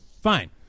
fine